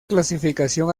clasificación